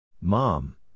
Mom